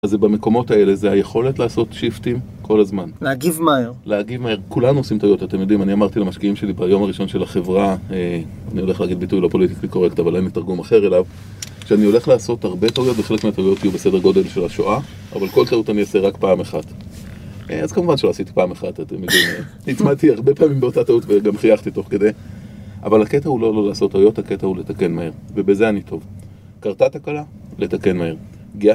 אז זה במקומות האלה, זה היכולת לעשות שיפטים כל הזמן. להגיב מהר. להגיב מהר. כולנו עושים טעויות, אתם יודעים, אני אמרתי למשקיעים שלי ביום הראשון של החברה, אני הולך להגיד ביטוי לא פוליטיקלי קורקט, אבל אין לי תרגום אחר אליו, שאני הולך לעשות הרבה טעויות, וחלק מהטעויות יהיו בסדר גודל של השואה, אבל כל טעות אני אעשה רק פעם אחת. אז כמובן שלא עשיתי פעם אחת, אתם יודעים. נצמדתי הרבה פעמים באותה טעות וגם חייכתי תוך כדי. אבל הקטע הוא לא לא לעשות טעויות, הקטע הוא לתקן מהר, ובזה אני טוב. קרתה תקלה? לתקן מהר.